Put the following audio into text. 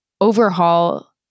overhaul